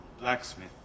blacksmith